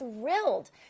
thrilled